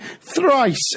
Thrice